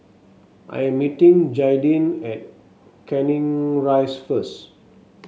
I am meeting Jaydin at Canning Rise first